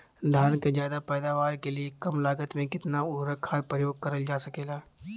धान क ज्यादा पैदावार के लिए कम लागत में कितना उर्वरक खाद प्रयोग करल जा सकेला?